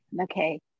Okay